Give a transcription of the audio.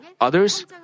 Others